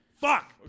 Fuck